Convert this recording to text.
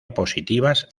positivas